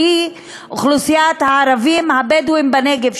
שהיא אוכלוסיית הערבים הבדואים בנגב,